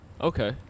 Okay